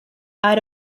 out